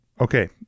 Okay